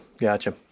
Gotcha